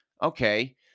Okay